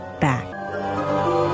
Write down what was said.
back